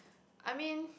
I mean